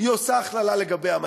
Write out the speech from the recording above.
היא עושה הכללה לגבי כל ההתנחלויות,